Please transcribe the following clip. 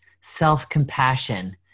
self-compassion